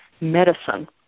medicine